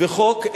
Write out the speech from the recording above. וחוק